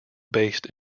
based